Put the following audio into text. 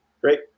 Great